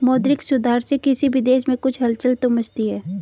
मौद्रिक सुधार से किसी भी देश में कुछ हलचल तो मचती है